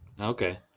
okay